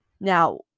Now